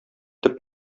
төп